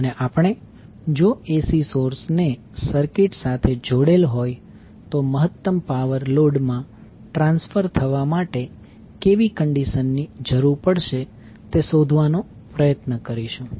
અને આપણે જો AC સોર્સને સર્કિટ સાથે જોડેલ હોય તો મહત્તમ પાવર લોડ માં ટ્રાન્સફર થવા માટે કેવી કંડીશન ની જરૂર પડશે તે શોધવાનો પ્રયત્ન કરીશું